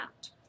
out